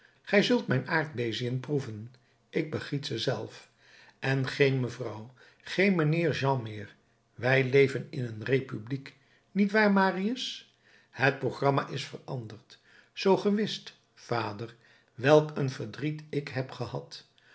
ge zult mijn aardbeziën proeven ik begiet ze zelf en geen mevrouw geen mijnheer jean meer wij leven in een republiek niet waar marius het programma is veranderd zoo ge wist vader welk een verdriet ik heb gehad